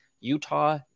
Utah